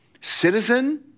Citizen